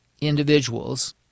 individuals